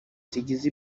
zigize